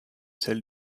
celle